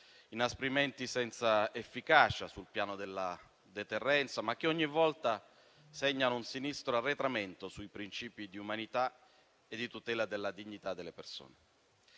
inasprimenti senza efficacia sul piano della deterrenza, ma che ogni volta segnano un sinistro arretramento sui principi di umanità e di tutela della dignità delle persone.